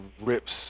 rips